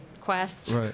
quest